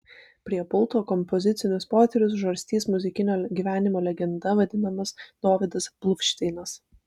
prie pulto kompozicinius potyrius žarstys muzikinio gyvenimo legenda vadinamas dovydas bluvšteinas